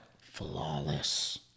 flawless